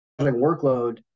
workload